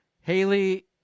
Haley